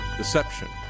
deception